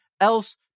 else